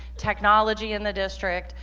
technology in the district,